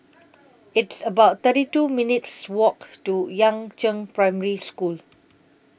It's about thirty two minutes' Walk to Yangzheng Primary School